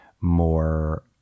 more